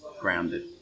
grounded